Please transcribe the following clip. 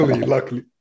luckily